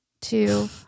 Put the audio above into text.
two